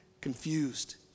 confused